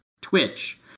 Twitch